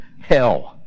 hell